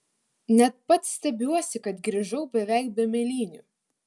net pats stebiuosi kad grįžau beveik be mėlynių